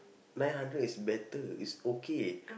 nine hundred better is okay